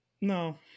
No